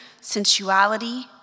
sensuality